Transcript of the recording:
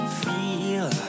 feel